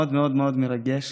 מאוד מאוד מאוד מרגש.